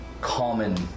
common